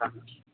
আচ্ছা